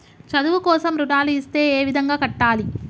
చదువు కోసం రుణాలు ఇస్తే ఏ విధంగా కట్టాలి?